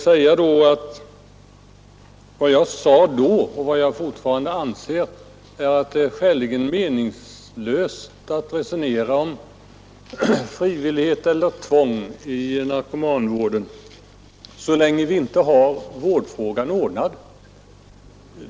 Vad jag sade var att det är skäligen meningslöst att resonera om frivillighet eller tvång i narkomanvården så länge vi inte har vårdfrågan ordnad.